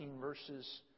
verses